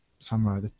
Samurai